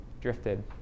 drifted